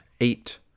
eight